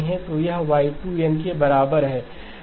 तो यह y2 n के बराबर है